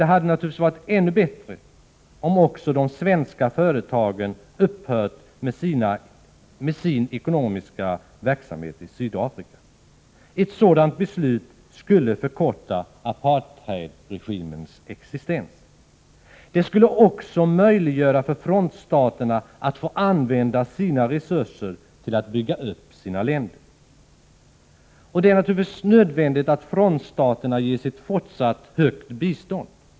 Det hade varit ännu bättre, om också de svenska företagen upphörde med sin ekonomiska verksamhet i Sydafrika. Ett sådant beslut skulle förkorta apartheidregimens existens. Det skulle också möjliggöra för frontstaterna att använda sina resurser till att bygga upp sina länder. Det är nödvändigt att frontstaterna ges ett fortsatt högt bistånd.